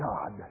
God